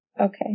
Okay